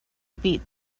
beat